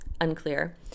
unclear